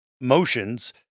motions